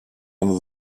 under